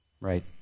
Right